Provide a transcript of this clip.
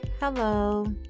Hello